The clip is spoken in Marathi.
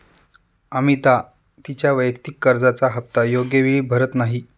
अमिता तिच्या वैयक्तिक कर्जाचा हप्ता योग्य वेळी भरत नाही